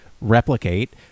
replicate